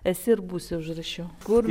esi ir būsi užrašiau kur